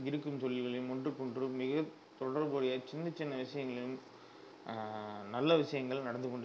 இருக்கும் தொழில்களில் ஒன்றுக்கொன்று மிகத் தொடர்புடைய சின்னச்சின்ன விஷயங்களிலும் நல்ல விஷயங்கள் நடந்து கொண்டிருக்கின்றன